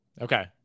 okay